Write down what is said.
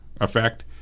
effect